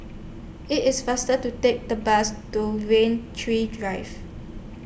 IT IS faster to Take The Bus to Rain Tree Drive